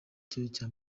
icya